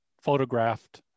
photographed